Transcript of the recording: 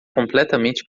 completamente